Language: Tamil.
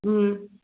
ம்